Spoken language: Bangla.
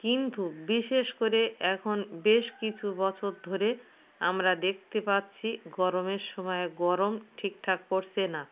কিন্তু বিশেষ করে এখন বেশ কিছু বছর ধরে আমরা দেকতে পাচ্ছি গরমের সময় গরম ঠিকঠাক পড়ছে না